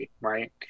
right